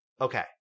Okay